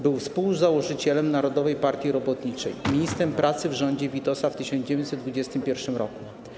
Był współzałożycielem Narodowej Partii Robotniczej, ministrem pracy w rządzie Witosa w 1921 r.